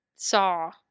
saw